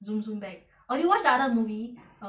zoom zoom back oh did you watch the other movie um